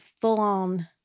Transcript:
full-on